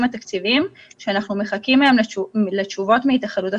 התקציביים שלגביהם אנחנו מחכים לתשובות מהתאחדות הסטודנטים.